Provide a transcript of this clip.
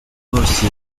bose